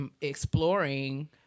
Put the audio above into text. exploring